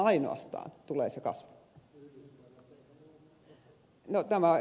no tämä on ed